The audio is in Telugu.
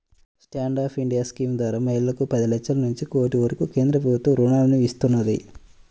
స్టాండ్ అప్ ఇండియా స్కీమ్ ద్వారా మహిళలకు పది లక్షల నుంచి కోటి వరకు కేంద్ర ప్రభుత్వం రుణాలను ఇస్తున్నది